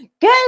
Good